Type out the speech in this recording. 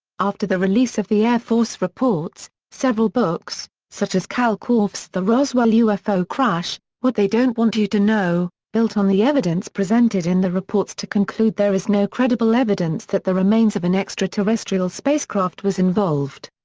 after the release of the air force reports, several books, such as kal korff's the roswell ufo crash what they don't want you to know, built on the evidence presented in the reports to conclude there is no credible evidence that the remains of an extraterrestrial spacecraft was involved.